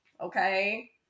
okay